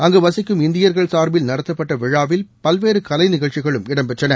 அங்கு வசிக்கும் இந்தியர்கள் சார்பில் நடத்தப்பட்ட விழாவில் பல்வேறு கலை நிகழ்ச்சிகளும் இடம்பெற்றன